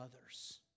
others